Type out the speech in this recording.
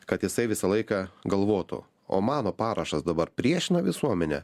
kad jisai visą laiką galvotų o mano parašas dabar priešina visuomenę